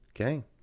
Okay